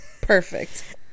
perfect